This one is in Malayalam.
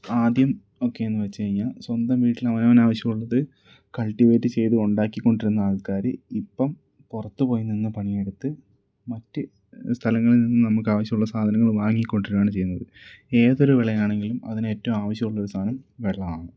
ആദ്യം ഒക്കെയെന്ന് വെച്ചുകഴിഞ്ഞാൽ സ്വന്തം വീട്ടിൽ അവനവന് ആവശ്യം ഉള്ളത് കൾട്ടിവേറ്റ് ചെയ്ത് ഉണ്ടാക്കിക്കൊണ്ടിരുന്ന ആൾക്കാർ ഇപ്പം പുറത്തുപോയി നിന്ന് പണിയെടുത്ത് മറ്റ് സ്ഥലങ്ങളിൽ നിന്നും നമുക്ക് ആവശ്യമുള്ള സാധനങ്ങൾ വാങ്ങിക്കൊണ്ടുവരികയാണ് ചെയ്യുന്നത് ഏതൊരു വിളയാണെങ്കിലും അതിനേറ്റവും ആവശ്യം ഉള്ളൊരു സാധനം വെള്ളമാണ്